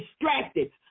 distracted